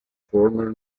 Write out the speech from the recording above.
former